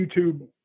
YouTube